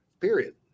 period